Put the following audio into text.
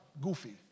goofy